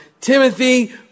Timothy